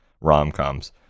rom-coms